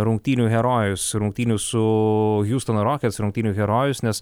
rungtynių herojus rungtynių su hiustono rockets rungtynių herojus nes